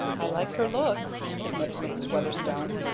i like her looks, admitted mrs. weatherstone,